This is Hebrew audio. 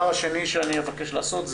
שני שאבקש לעשות,